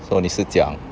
so 妳是讲